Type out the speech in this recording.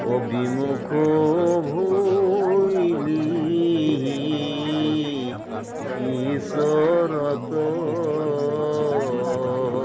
অ' বিমুখ ভৈলি ঈশ্ৱৰত